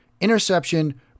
interception